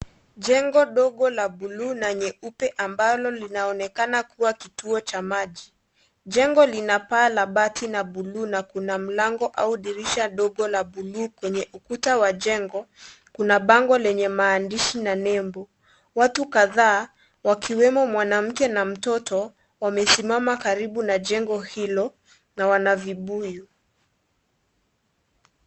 Jengo dogo la buluu na nyeupe ambalo linaonekana kuwa kituo cha maji. Jengo lina paa la bati na buluu na kuna mlango au dirisha dogo la buluu. Kwenye ukuta wa jengo, Kuna bango lenye maandishi na nembo. Watu kadhaa wakiwemo mwanamke na mtoto wamesimama karibu na jengo hilo na wana vibuyu.